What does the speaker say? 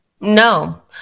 No